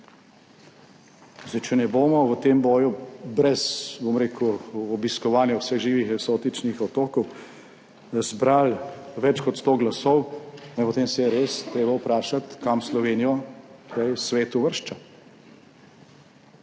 podpore, če ne bomo v tem boju brez, bom rekel, obiskovanja vseh živih eksotičnih otokov zbrali več kot sto glasov, potem se je res treba vprašati, kam Slovenijo svet uvršča.